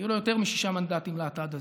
היו לו יותר משישה מנדטים, לאטד הזה.